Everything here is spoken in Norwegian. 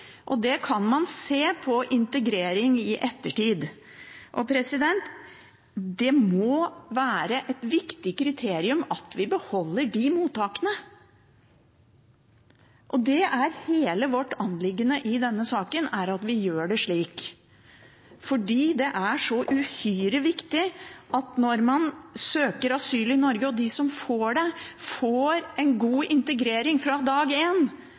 og det kan man se på integreringen i ettertid. Det må være et viktig kriterium at vi beholder de mottakene. Hele vårt anliggende i denne saken er at vi gjør det slik, for det er så uhyre viktig at de som søker og får asyl i Norge, får en god integrering fra dag